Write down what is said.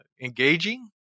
engaging